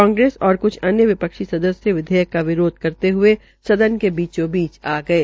कांग्रेस और क्छ अन्य वि क्षी सदस्य विधेयक का विरोध करते हये सदन के बीचोबीच आ गये